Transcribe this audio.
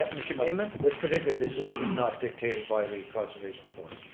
mr. freeman. this particular decision is not dictated by the conservation authority.